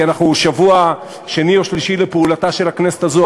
כי אנחנו בשבוע השני או השלישי לפעולתה של הכנסת הזאת,